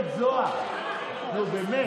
חבר הכנסת זוהר, נו באמת.